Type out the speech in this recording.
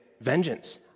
vengeance